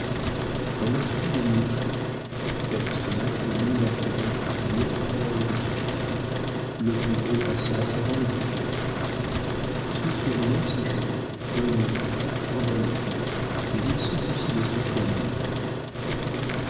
on inscrit les mouches dues elles se mettent l'une après l'autre au panier par ordre de capital le plus gros passant avant le plus faible ceux qui renoncent à jouer donnent leurs cartes pendant le coup mais ils sont considérés comme nuls